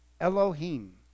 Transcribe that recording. Elohim